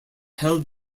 held